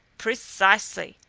precisely!